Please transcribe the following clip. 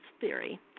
theory